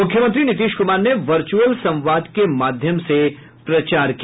मुख्यमंत्री नीतीश कुमार ने वर्चुअल संवाद के माध्यम से प्रचार किया